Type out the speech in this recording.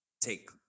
take